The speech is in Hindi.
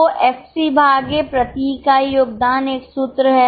तो एफसी भागे प्रति इकाई योगदान एक सूत्र है